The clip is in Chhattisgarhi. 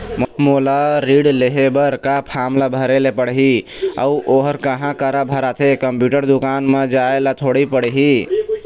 मोला ऋण लेहे बर का फार्म ला भरे ले पड़ही अऊ ओहर कहा करा भराथे, कंप्यूटर दुकान मा जाए ला थोड़ी पड़ही?